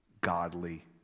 godly